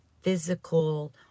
physical